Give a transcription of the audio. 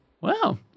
Wow